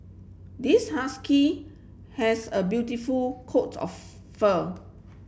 this husky has a beautiful coats of fur